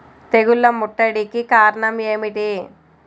తెగుళ్ల ముట్టడికి కారణం ఏమిటి?